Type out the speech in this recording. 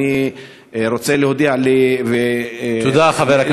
אני חושב שפה המשטרה צריכה לשים את זה בקו הראשון של החקירות,